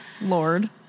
Lord